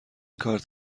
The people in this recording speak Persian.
کارت